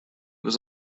was